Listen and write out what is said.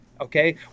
okay